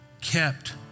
kept